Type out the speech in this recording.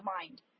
mind